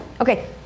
okay